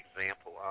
example